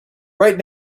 right